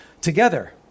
together